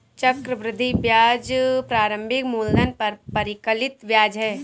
चक्रवृद्धि ब्याज प्रारंभिक मूलधन पर परिकलित ब्याज है